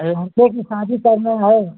अरे लड़के की शादी करना है